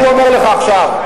אני אומר לך עכשיו,